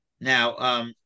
Now